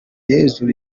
yesu